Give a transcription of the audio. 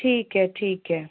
ठीक है ठीक है